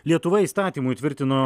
lietuva įstatymu įtvirtino